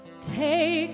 Take